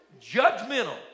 judgmental